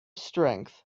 strength